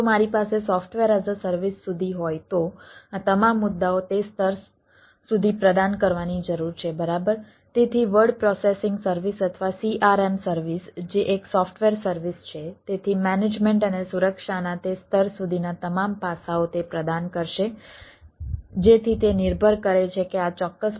જો મારી પાસે સોફ્ટવેર એઝ અ સર્વિસ સુધી હોય તો આ તમામ મુદ્દાઓ તે સ્તર સુધી પ્રદાન કરવાની જરૂર છે બરાબર